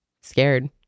scared